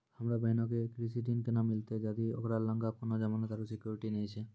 हमरो बहिनो के कृषि ऋण केना मिलतै जदि ओकरा लगां कोनो जमानत आरु सिक्योरिटी नै छै?